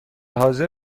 حاضر